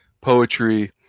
poetry